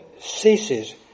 ceases